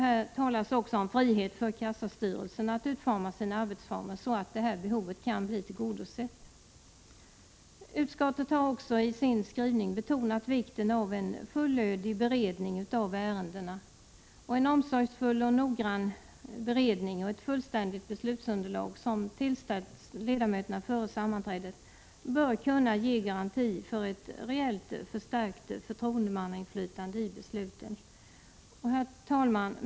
Här talas också om ”frihet för kassastyrelsen att utforma arbetsformerna så att bl.a. detta behov kan bli tillgodosett”. Utskottet har också i sin skrivning betonat vikten av en fullödig beredning av ärendena. En omsorgsfull och noggrann beredning och ett fullständigt beslutsunderlag som tillställs ledamöterna före sammanträdet bör kunna ge garanti för ett reellt förstärkt förtroendemannainflytande i besluten. Herr talman!